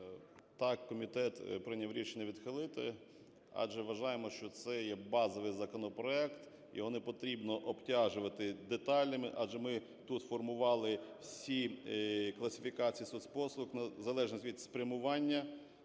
Так, комітет прийняв рішення відхилити, адже вважаємо, що це є базовий законопроект, його не потрібно обтяжувати деталями, адже ми тут формували всі класифікації соцпослуг залежно від спрямування: